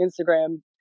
Instagram